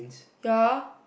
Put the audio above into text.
ya